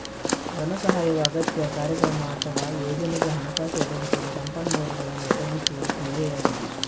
ಧನ ಸಹಾಯವು ಅಗತ್ಯ, ಕಾರ್ಯಕ್ರಮ ಅಥವಾ ಯೋಜನೆಗೆ ಹಣಕಾಸು ಒದಗಿಸಲು ಸಂಪನ್ಮೂಲಗಳನ್ನು ಒದಗಿಸುವ ಕ್ರಿಯೆಯಾಗಿದೆ